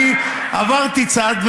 אני עברתי צד,